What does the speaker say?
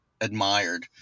admired